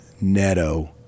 Neto